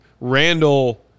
Randall